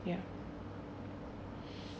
ya